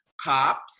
cops